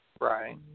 Right